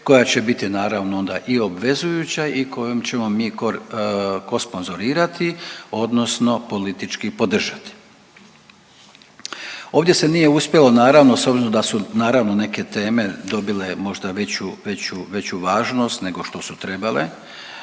koja će biti naravno onda o obvezujuća i kojom ćemo mi kor kosponzorirati odnosno politički podržati. Ovdje se nije uspjelo naravno s obzirom da su naravno neke teme dobile možda veću važnost nego što su trebale,